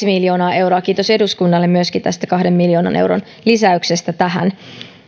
miljoonaa euroa kiitos myöskin eduskunnalle kahden miljoonan euron lisäyksestä tähän